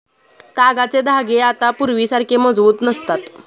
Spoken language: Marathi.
तागाचे धागे आता पूर्वीसारखे मजबूत नसतात